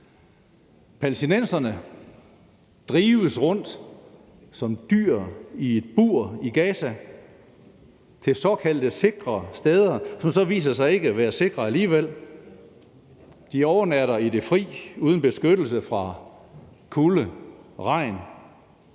Palæstinenserne drives rundt som dyr i et bur i Gaza til såkaldte sikre steder, som så viser sig ikke at være sikre alligevel. De overnatter i det fri uden beskyttelse mod kulde, regn